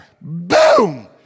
Boom